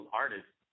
artists